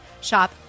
shop